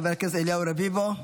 חבר הכנסת אליהו רביבו,